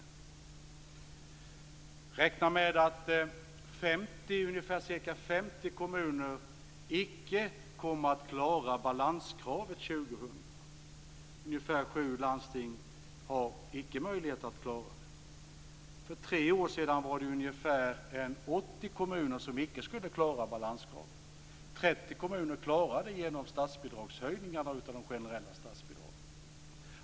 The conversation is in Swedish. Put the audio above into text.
Vi räknar med att ungefär 50 kommuner icke kommer att klara balanskravet 2000. Ungefär sju landsting har icke möjlighet att klara det. För tre år sedan var det ungefär 80 kommuner som icke skulle klara balanskravet. 30 kommuner klarar det genom höjningarna av de generella statsbidragen.